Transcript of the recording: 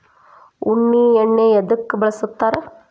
ಉಣ್ಣಿ ಎಣ್ಣಿ ಎದ್ಕ ಬಳಸ್ತಾರ್?